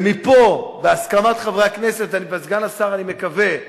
ומפה, בהסכמת חברי הכנסת וסגן השר, אני מקווה,